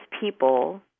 people